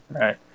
right